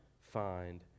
find